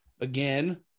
again